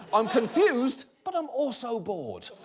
i'm confused, but i'm also bored.